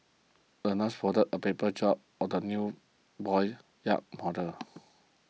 the nurse folded a paper job for the new boy's yacht model